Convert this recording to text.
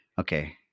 Okay